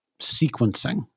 sequencing